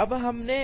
अब हमने